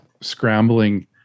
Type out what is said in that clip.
scrambling